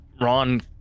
Ron